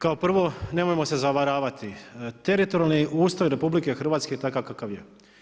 Kao prvo nemojmo se zavaravati, teritorijalni ustroj RH je takav kakav je.